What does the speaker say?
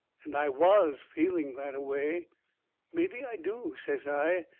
and i was feeling that-a-way. mebby i do, says i,